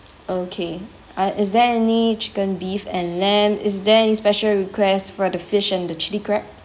okay uh is there any chicken beef and lamb is there any special requests for the fish and the chilli crab